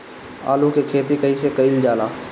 आलू की खेती कइसे कइल जाला?